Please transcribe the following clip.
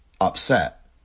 upset